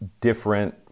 different